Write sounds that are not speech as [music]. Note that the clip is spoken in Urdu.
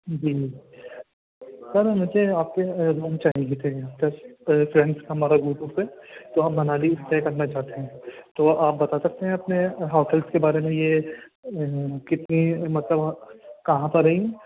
جی سر مجھے آپ کے روم چاہیے تھے یہاں پر فرینڈس ہمارا [unintelligible] تو ہم منالی اسٹے کرنا چاہتے ہیں تو آپ بتا سکتے ہیں اپنے ہوٹل کے بارے میں یہ کتنی مطلب کہاں پر ہے یہ